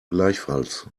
gleichfalls